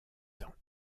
ans